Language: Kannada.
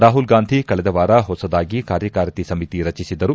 ರಾಹುಲ್ ಗಾಂಧಿ ಕಳೆದ ವಾರ ಹೊಸದಾಗಿ ಕಾರ್ಯಕಾರಿ ಸಮಿತಿ ರಚಿಸಿದ್ದರು